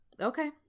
Okay